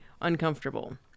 uncomfortable